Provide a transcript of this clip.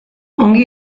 ongi